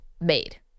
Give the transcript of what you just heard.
made